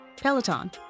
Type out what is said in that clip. Peloton